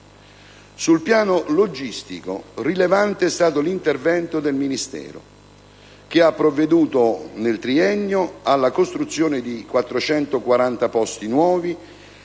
Sul piano logistico, rilevante è stato l'intervento del Ministero, che ha provveduto nel triennio alla costruzione di 440 nuovi